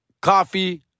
coffee